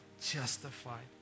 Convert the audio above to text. justified